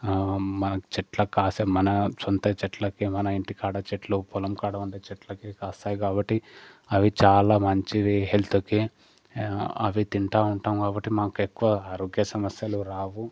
మనకి చెట్లకి కాసే మన సొంత చెట్లకి మన ఇంటి కాడా చెట్లు పొలంకాడ ఉండే చెట్లకి కాస్తాయి కాబట్టి అవి చాలా మంచివి హెల్త్కి అవి తింటా ఉంటాం కాబట్టి మనకి ఎక్కువ ఆరోగ్య సమస్యలు రావు